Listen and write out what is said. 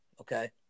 okay